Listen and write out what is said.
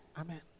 Amen